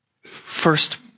first